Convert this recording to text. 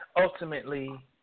ultimately